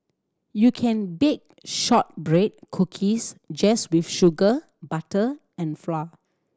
you can bake shortbread cookies just with sugar butter and flour